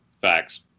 facts